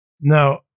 Now